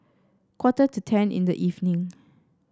quarter to ten in the evening